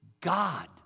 God